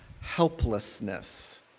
helplessness